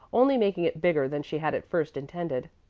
only making it bigger than she had at first intended.